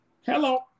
hello